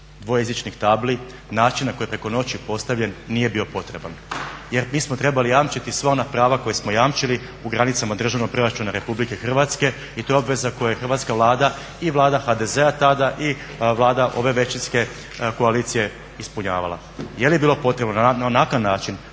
dvojezičnih tabli, načina na koji je preko noći postavljen nije bio potreban jer mi smo trebali jamčiti sva ona prava koja smo jamčili u granicama državnog proračuna RH i to je obveza koju je hrvatska Vlada i vlada HDZ-a tada i vlada ove većinske koalicije ispunjavala. Jeli bilo potrebe na onakav način